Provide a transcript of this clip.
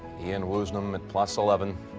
ian woosnam at plus eleven